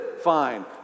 Fine